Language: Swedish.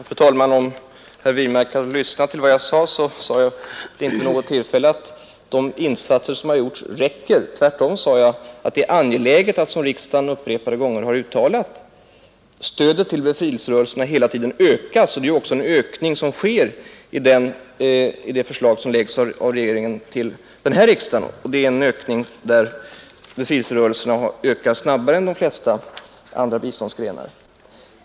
Fru talman! Om herr Wirmark hade lyssnat till vad jag sade borde han ha hört att jag inte framhöll att de insatser som gjorts räcker. Tvärtom sade jag att det är angeläget att, som riksdagen upprepade gånger har uttalat, stödet till befrielserörelserna hela tiden ökas. Det förslag som regeringen förelägger denna riksdag innebär ju också en ökning som för befrielserörelserna är snabbare än för de flesta andra biståndsgrenar.